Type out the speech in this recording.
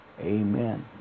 amen